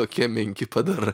tokie menki padar